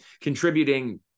contributing